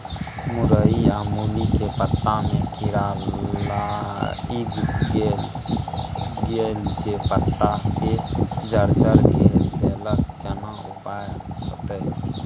मूरई आ मूली के पत्ता में कीरा लाईग गेल जे पत्ता के जर्जर के देलक केना उपाय होतय?